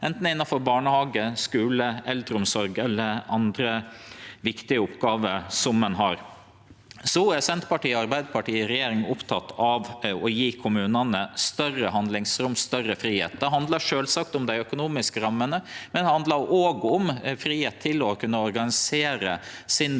det er innanfor barnehage, skule eldreomsorg eller andre viktige oppgåver ein har. Senterpartiet og Arbeidarpartiet er i regjering opptekne av å gje kommunane større handlingsrom, større fridom. Det handlar sjølvsagt om dei økonomiske rammene, men det handlar òg om fridom til å kunne organisere